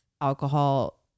alcohol